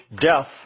death